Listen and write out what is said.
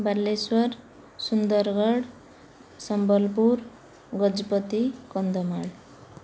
Baleswar Sundargarh Sambalpur Gajapati Kandhamal